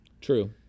True